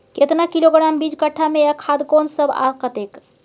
केतना किलोग्राम बीज कट्ठा मे आ खाद कोन सब आ कतेक?